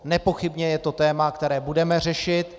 Nepochybně je to téma, které budeme řešit.